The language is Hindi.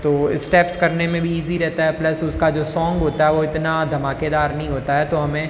तो स्टेप्स करने में भी ईज़ी रहता है प्लस उसका जो सोंग होता है वो इतना धमाकेदार नहीं होता है तो हमें